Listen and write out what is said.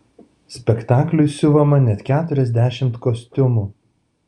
spektakliui siuvama net keturiasdešimt kostiumų